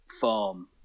farm